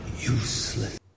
Useless